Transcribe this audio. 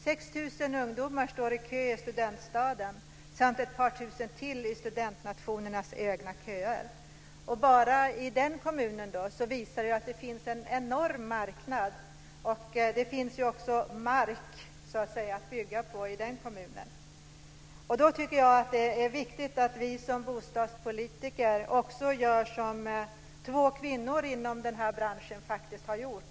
6 000 ungdomar står i kö för en bostad i Studentstaden. Ett par tusen till köar i studentnationernas egna köer. Bara i Uppsala kommun visar det sig finnas en enorm marknad. Dessutom finns det mark att bygga på i den kommunen. Mot den bakgrunden är det viktigt att vi som bostadspolitiker gör som två kvinnor i den här branschen faktiskt har gjort.